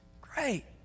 Great